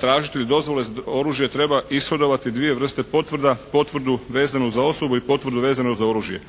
tražitelji dozvole oružja treba ishodovati dvije vrste potvrda, potvrdu vezanu za osobu i potvrdu vezanu za oružje.